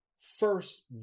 first